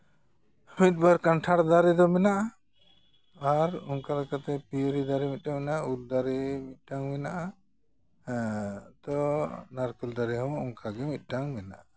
ᱢᱤᱫ ᱵᱟᱨ ᱠᱟᱱᱴᱷᱟᱲ ᱫᱟᱨᱮ ᱫᱚ ᱢᱮᱱᱟᱜᱼᱟ ᱟᱨ ᱚᱱᱠᱟᱞᱮᱠᱟᱛᱮ ᱯᱤᱭᱟᱹᱨᱤ ᱫᱟᱨᱮ ᱢᱮᱱᱟᱜᱼᱟ ᱩᱞ ᱫᱟᱨᱮ ᱢᱤᱫᱴᱟᱹᱝ ᱢᱮᱱᱟᱜᱼᱟ ᱛᱚ ᱱᱟᱨᱠᱳᱞ ᱫᱟᱨᱮ ᱦᱚᱸ ᱚᱱᱠᱟ ᱜᱮ ᱢᱤᱫᱴᱟᱝ ᱢᱮᱱᱟᱜᱼᱟ